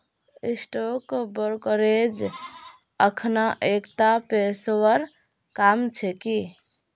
stock brokerage अखना एकता पेशेवर काम छिके